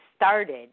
started